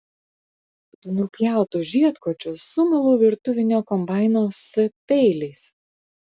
nupjautus žiedkočius sumalu virtuvinio kombaino s peiliais